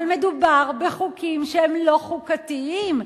אבל מדובר בחוקים שהם לא חוקתיים.